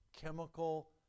chemical